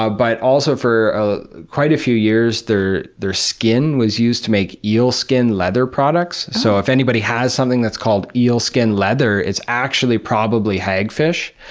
ah but also, for a quite a few years, their their skin was used to make eel skin leather products. so, if anybody has something that's called eel skin leather, it's actually probably hagfish.